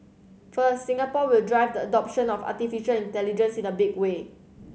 first Singapore will drive the adoption of artificial intelligence in a big way